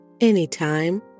anytime